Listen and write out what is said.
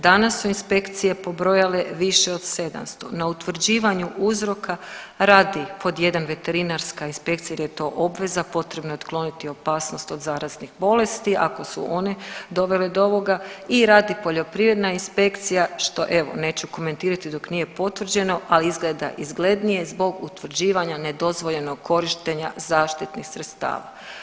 Danas su inspekcije pobrojale više od 700, na utvrđivanju uzroka radi pod jedan veterinarska inspekcija jer je to obveza, potrebno je otkloniti opasnost od zaraznih bolesti, ako su one dovele do ovoga i radi poljoprivredna inspekcija što evo neću komentirati dok nije potvrđeno, ali izgleda izglednije zbog neutvrđivanja nedozvoljenog korištenja zaštitnih sredstava.